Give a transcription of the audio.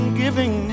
giving